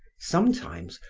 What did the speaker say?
sometimes,